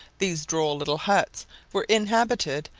these droll little huts were inhabited,